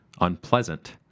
unpleasant